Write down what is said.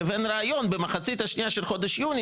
לבין רעיון במחצית השנייה של חודש יוני